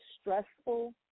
stressful